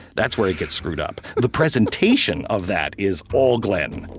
that's where it gets screwed up. the presentation of that is all glenn